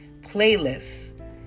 playlists